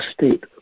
state